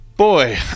Boy